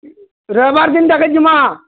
ରଇବାର୍ ଦିନ୍ ଟାକେ ଯିମାଁ